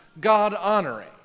God-honoring